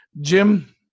Jim